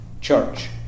church